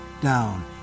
down